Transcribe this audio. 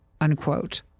unquote